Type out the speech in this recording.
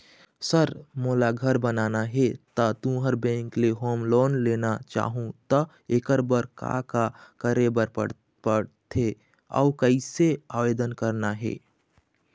Sir मोला घर बनाना हे ता तुंहर बैंक ले होम लोन लेना चाहूँ ता एकर बर का का करे बर पड़थे अउ कइसे आवेदन करना हे?